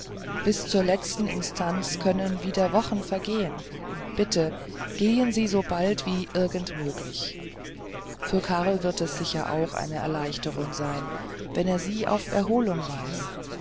bis zur letzten instanz können wieder wochen vergehen bitte gehen sie sobald wie irgend möglich für karl wird es sicher auch eine erleichterung sein wenn er sie auf erholung weiß